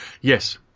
Yes